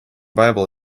bible